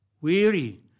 weary